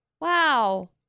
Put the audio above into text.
Wow